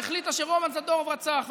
שהחליטה שרומן זדורוב רצח,